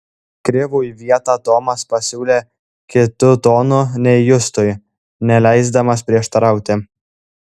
krivui vietą tomas pasiūlė kitu tonu nei justui neleisdamas prieštarauti